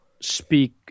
speak